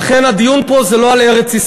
ולכן, לכן הדיון פה הוא לא על ארץ-ישראל.